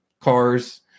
cars